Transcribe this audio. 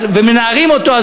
ומנערים אותו,